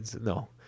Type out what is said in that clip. No